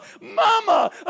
mama